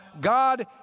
God